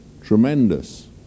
tremendous